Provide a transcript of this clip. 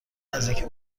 نزدیکی